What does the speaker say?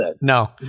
No